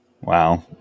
Wow